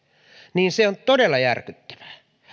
niin se on todella järkyttävää